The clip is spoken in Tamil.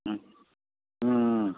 ம் ம் ம்